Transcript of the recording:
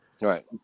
Right